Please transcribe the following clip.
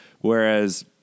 Whereas